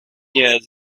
years